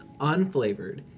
unflavored